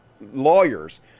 lawyers